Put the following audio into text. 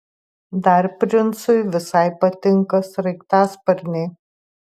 dar princui visai patinka sraigtasparniai